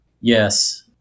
Yes